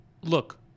look